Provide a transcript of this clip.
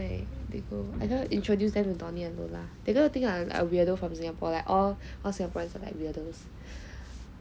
I'm going to introduce them to donnie and lola they are going to think weirdo from Singapore like all singaporeans are like weirdo